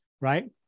right